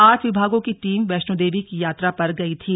आठ विभागों की टीम वैष्णो देवी की यात्रा पर गई थी